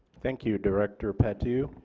thank you director patu.